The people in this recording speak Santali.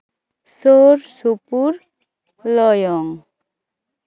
ᱥᱩᱨ ᱥᱩᱯᱩᱨ ᱞᱚᱭᱚᱝ